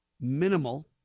minimal